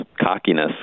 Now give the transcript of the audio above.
cockiness